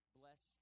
bless